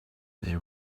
they